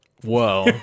whoa